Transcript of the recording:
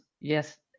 yes